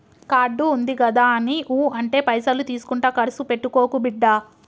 card ఉందిగదాని ఊ అంటే పైసలు తీసుకుంట కర్సు పెట్టుకోకు బిడ్డా